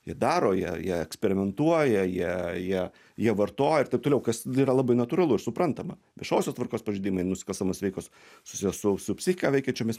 jie daro jie jie eksperimentuoja jie jie jie vartoja ir taip toliau kas yra labai natūralu ir suprantama viešosios tvarkos pažeidimai nusikalstamos veikos susiję su su psichiką veikiančiomis